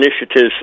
initiatives